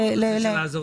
זה לא שצריך לעזור.